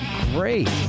great